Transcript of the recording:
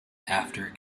after